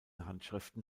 handschriften